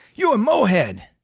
you a mohead.